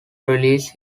realize